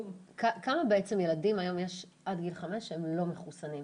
כמה בעצם ילדים היום יש עד גיל 5 שהם לא מחוסנים,